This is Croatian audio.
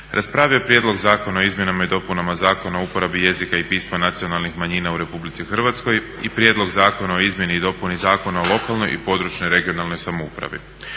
raspravio je Prijedlog zakona o izmjenama i dopunama Zakona o uporabi jezika i pisma nacionalnih manjina u RH i Prijedlog zakona o izmjeni i dopuni Zakona o lokalnoj i područnoj (regionalnoj) samoupravi.